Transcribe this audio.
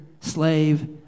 slave